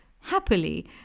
happily